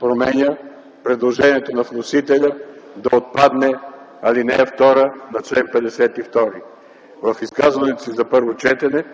променя предложението на вносителя да отпадне ал. 2 на чл. 52. В изказването си за първо четене